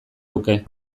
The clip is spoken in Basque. luke